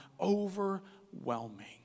overwhelming